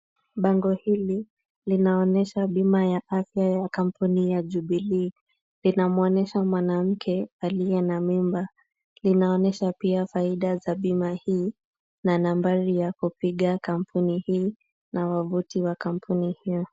Bango hili linaonyesha bima ya afya ya kampuni ya Jubilee. Linaonyesha mwanamke aliye na mimba. Linaonyesha pia faida za bima hii na nambari ya kupiga kampuni hii na tovuti ya kampuni hiyo.